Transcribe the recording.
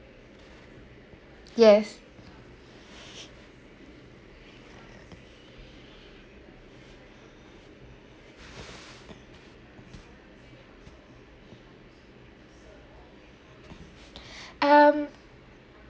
yes um